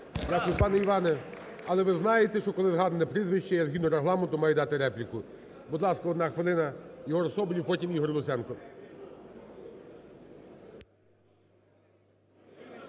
Дякую. Пане Іване, але, ви знаєте, що, коли згадане прізвище, я згідно Регламенту маю дати репліку. Будь ласка, одна хвилина, Єгор Соболєв. Потім – Ігор Луценко.